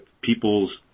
people's